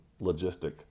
logistic